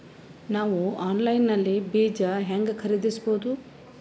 ನಾವು ಆನ್ಲೈನ್ ನಲ್ಲಿ ಬೀಜ ಹೆಂಗ ಖರೀದಿಸಬೋದ?